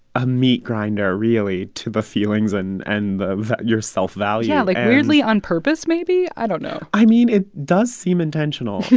a meat grinder, ah really, to the feelings and and your self-value yeah, like, weirdly on purpose maybe. i don't know i mean, it does seem intentional.